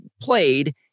played